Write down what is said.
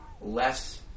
less